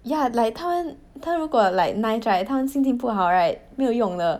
yeah like 他们他如果 like nice right 他们心情不好 right 没有用的